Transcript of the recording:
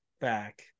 back